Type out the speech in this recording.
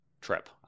trip